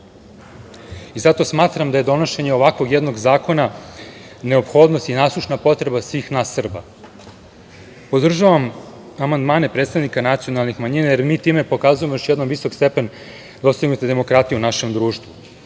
I zato smatram da je donošenje ovakvog jednog zakona neophodnost i nasušna potreba svih nas Srba. Podržavam amandmane predstavnika nacionalnih manjina, jer mi time pokazujemo još jedan visok stepen dostignute demokratije u našem društvu. Ovaj